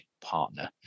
partner